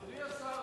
אדוני השר,